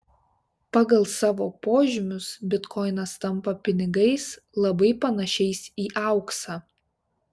pagal savo požymius bitkoinas tampa pinigais labai panašiais į auksą